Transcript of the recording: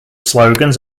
slogans